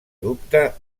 dubte